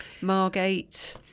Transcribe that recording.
Margate